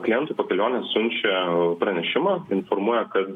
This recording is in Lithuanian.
klientui po kelionės siunčia pranešimą informuoja kad